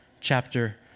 chapter